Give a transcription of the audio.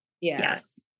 Yes